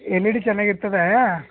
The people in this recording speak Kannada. ಎಲ್ ಇ ಡಿ ಚೆನ್ನಾಗಿರ್ತದೆ